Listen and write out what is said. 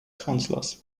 counselors